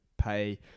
pay